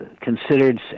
considered